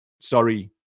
sorry